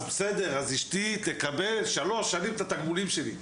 אז בסדר, אז אשתי תקבל שלוש שנים את התגמולים שלי.